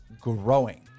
growing